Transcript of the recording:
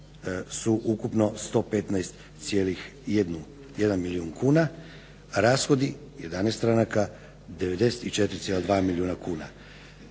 su ukupno 115,1 milijun kuna, rashodi 11 stranaka 94,2 milijuna kuna.